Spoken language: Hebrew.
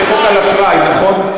זה חוק על אשראי, נכון?